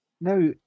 Now